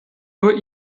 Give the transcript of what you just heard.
nur